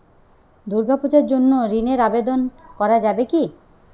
দুর্গাপূজার জন্য ঋণের আবেদন করা যাবে কি?